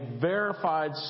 verified